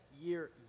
year